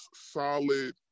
solid